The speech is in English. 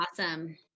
Awesome